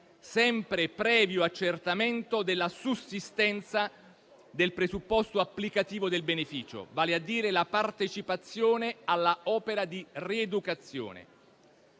sempre previo accertamento della sussistenza del presupposto applicativo del beneficio, vale a dire la partecipazione all'opera di rieducazione.